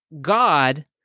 God